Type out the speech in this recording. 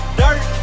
dirt